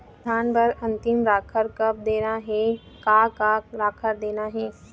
धान बर अन्तिम राखर कब देना हे, का का राखर देना हे?